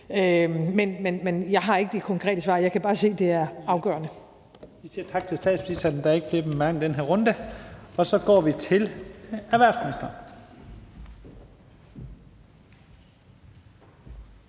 Men jeg har ikke det konkrete svar. Jeg kan bare se, at det er afgørende.